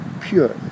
pure